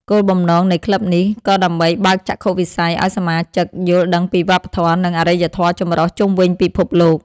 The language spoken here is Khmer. គោលបំណងនៃក្លឹបនេះ ក៏ដើម្បីបើកចក្ខុវិស័យឱ្យសមាជិកយល់ដឹងពីវប្បធម៌ និងអរិយធម៌ចម្រុះជុំវិញពិភពលោក។